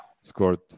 scored